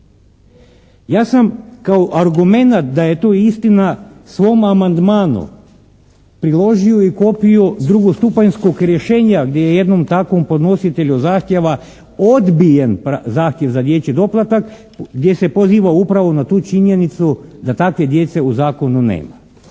Ja sam kao argumenat da je to istina svom amandmanu priložio i kopiju drugostupanjskog rješenja gdje je jednom takvom podnositelju zahtjeva odbijen zahtjev za dječji doplatak gdje se poziva upravo na tu činjenicu da takve djece u zakonu nema.